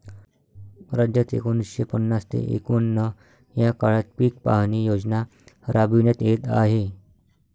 राज्यात एकोणीसशे पन्नास ते एकवन्न या काळात पीक पाहणी योजना राबविण्यात येत आहे